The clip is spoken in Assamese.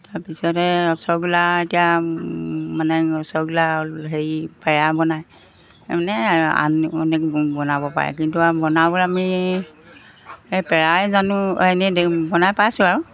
তাৰপিছতে ৰসগোল্লা এতিয়া মানে ৰসগোল্লা হেৰি পেৰা বনায় মানে এয়াই আৰু অনেক বনাব পাৰে কিন্তু আৰু বনাবলৈ আমি সেই পেৰাই জানোঁ এনেই দেই বনাই পাইছোঁ আৰু